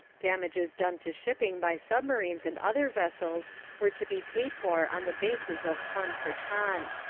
damages done to shipping by submarines and other vessels were to be paid for on the basis of ton for ton.